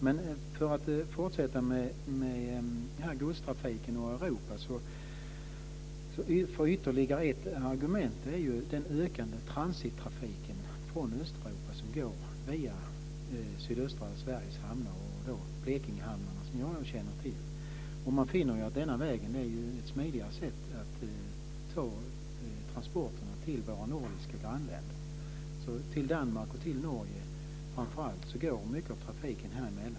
Men för att fortsätta med godstrafiken i norra Europa kan jag säga att ytterligare ett argument är den ökande transittrafiken från Östeuropa som går via sydöstra Sveriges hamnar och då Blekingehamnarna, som jag känner till. Man finner att denna väg är smidigare för transporterna till våra nordiska grannländer. Mycket av trafiken till Danmark och Norge, framför allt, går här emellan.